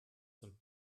zum